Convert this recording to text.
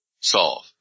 solve